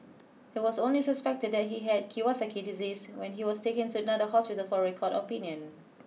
it was only suspected that he had Kawasaki disease when he was taken to another hospital for a second opinion